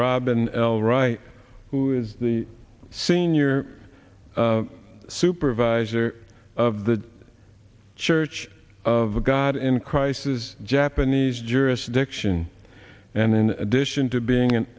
robin l wright who is the senior supervisor of the church of god in crisis japanese jurisdiction and in addition to being an